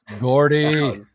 Gordy